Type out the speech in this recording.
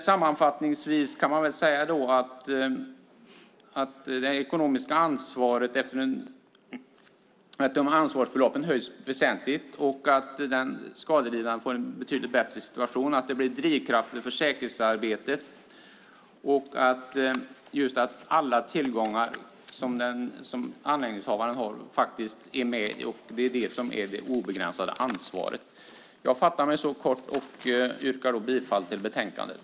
Sammanfattningsvis kan man säga att eftersom ansvarsbeloppen höjs väsentligt och den skadelidande får en betydligt bättre situation, blir det drivkrafter för säkerhetsarbete. Alla tillgångar som anläggningshavaren har räknas med, och det är det som är det obegränsade ansvaret. Jag fattar mig så kort och yrkar bifall till förslaget till beslut i betänkandet.